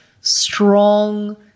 strong